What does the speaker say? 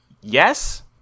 Yes